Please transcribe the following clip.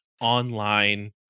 online